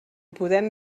podem